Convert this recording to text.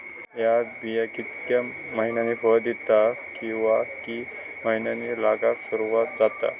हया बिया कितक्या मैन्यानी फळ दिता कीवा की मैन्यानी लागाक सर्वात जाता?